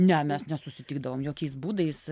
ne mes nesusitikdavom jokiais būdais